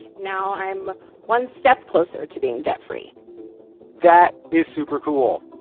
now i'm one step closer to being debt-free that is super cool,